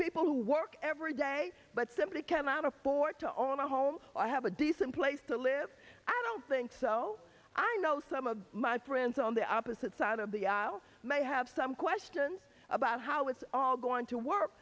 people who work every day but simply cannot afford to own a home i have a decent place to live i don't think so i know some of my friends on the opposite side of the aisle may have some questions about how it's all going to work